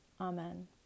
Amen